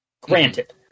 granted